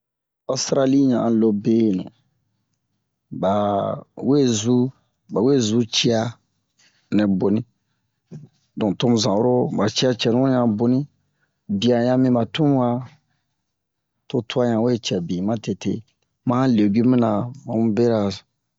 Ɔstrali ɲan a lo-benu ɓa we zu ɓa we zu ciya nɛ boni donk tomu zan oro ɓa ciya cɛnu ɲan boni biya ɲan mi ɓa tun waa to tuwa ɲan we cɛ bin matete ma han legimu-na mamu beraso